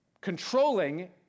controlling